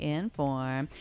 inform